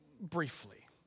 briefly